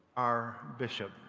our bishop,